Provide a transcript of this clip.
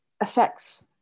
affects